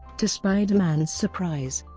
to spider-man's surprise,